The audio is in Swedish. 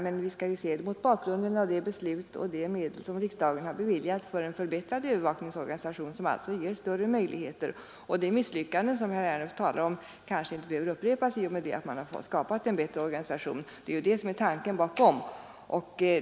Men vi skall se det hela mot bakgrund av riksdagens beslut om att bevilja medel för en förbättrad övervakningsorganisation, som alltså ger större möjligheter. De misslyckanden som herr Ernulf talar om kanske inte behöver upprepas i och med att man skapat en bättre organisation. Det är den tanken som ligger bakom.